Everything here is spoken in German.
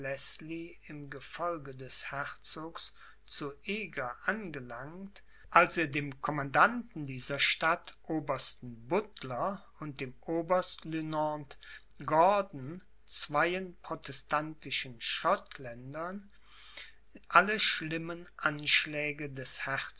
im gefolge des herzogs zu eger angelangt als er dem commandanten dieser stadt obersten buttler und dem oberstlieuenant gordon zweien protestantischen schottländern alle schlimmen anschläge des